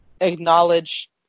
acknowledge